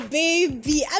baby